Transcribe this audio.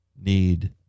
need